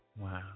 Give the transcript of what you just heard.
Wow